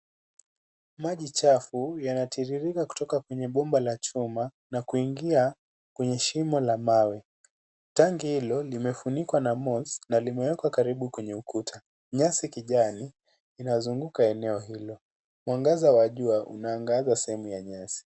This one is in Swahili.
Maji chafu yanatiririka kutoka kwenye pomba la chuma na kuingia kwenye shimo la mawe, tanki hilo lifunikwa na mouse na limewekwa karibu kwenye ukuta. Nyasi kijani inasunguka eneo hilo, mwangaza wa jua unaangaza sehemu ya nyasi.